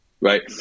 right